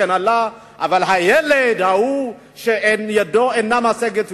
והילד ההוא שידו אינה משגת,